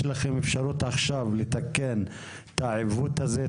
יש לכם אפשרות עכשיו לתקן את העיוות הזה,